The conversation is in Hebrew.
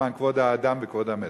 למען כבוד האדם וכבוד המת.